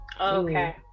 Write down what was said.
Okay